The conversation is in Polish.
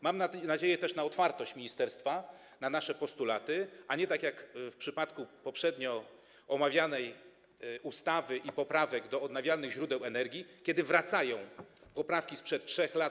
Mam też nadzieję na otwartość ministerstwa na nasze postulaty, a nie tak jak było w przypadku poprzednio omawianej ustawy i poprawek do odnawialnych źródeł energii, kiedy wróciły poprawki opozycji sprzed 3 lat.